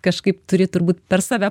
kažkaip turi turbūt per save